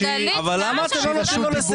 למה אתם לא נותנים לו לסיים?